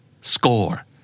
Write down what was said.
Score